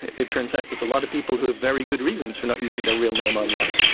it turns out there's a lot of people who have very good reasons for not using their real name online.